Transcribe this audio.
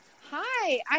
Hi